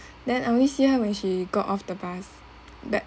then I only see her when she got off the bus but